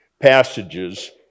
passages